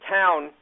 town